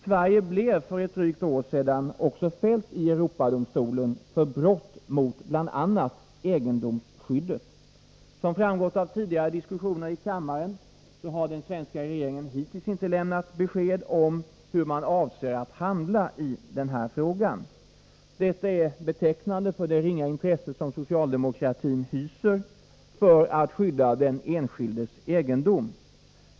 Sverige blev för drygt ett år sedan också fällt i Europadomstolen för brott mot bl.a. egendomsskyddet. Som framgått av tidigare diskussioner i kammaren har den svenska regeringen hittills inte lämnat besked om hur man avser att handla i denna fråga. Detta är betecknande för det ringa intresse som socialdemokratin hyser för att skydda den enskildes egendom.